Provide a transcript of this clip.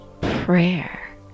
prayer